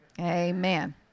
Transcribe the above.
Amen